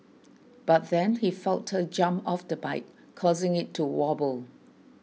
but then he felt her jump off the bike causing it to wobble